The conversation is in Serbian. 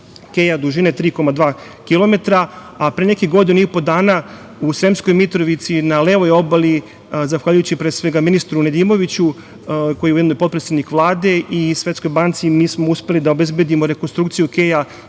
keja dužine 3,2 kilometra, a pre nekih godinu i po dana u Sremskoj Mitrovici, na levoj obali, zahvaljujući pre svega ministru Nedimoviću, koji je ujedno i potpredsednik Vlade, i Svetskoj banci, mi smo uspeli da obezbedimo rekonstrukciju keja